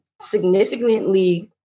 significantly